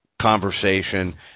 conversation